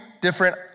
different